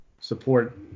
Support